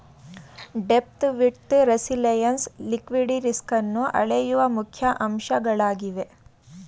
depth, width, resilience liquidity ರಿಸ್ಕನ್ನು ಅಳೆಯುವ ಮುಖ್ಯ ಅಂಶಗಳಾಗಿವೆ